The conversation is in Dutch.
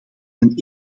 een